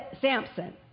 Samson